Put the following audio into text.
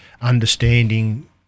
understanding